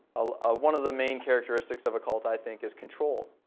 ah ah one of the main characteristics of a cult i think is control.